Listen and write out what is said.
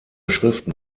schriften